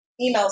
emails